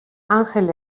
angel